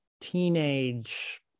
teenage